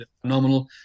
Phenomenal